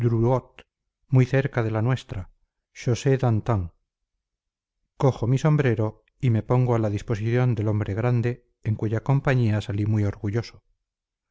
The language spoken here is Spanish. muy cerca de la nuestra chaussée d'antin cojo mi sombrero y me pongo a la disposición del hombre grande en cuya compañía salí muy orgulloso